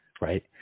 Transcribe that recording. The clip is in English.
right